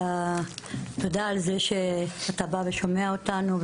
תודה על זה שאתה בא ושומע אותנו,